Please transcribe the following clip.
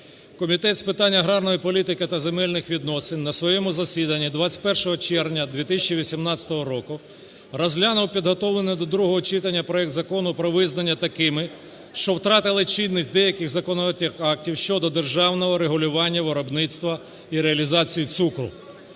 Комітет з питань аграрної політики та земельних відносин на своєму засіданні 21 червня 2018 року розглянув підготовлений до другого читання проект Закону про визнання такими, що втратили чинність, деяких законодавчих актів щодо державного регулювання виробництва і реалізації цукру.